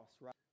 right